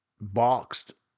boxed